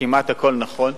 כמעט הכול נכון,